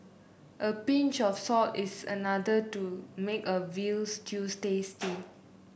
a pinch of salt is another to make a veal stews tasty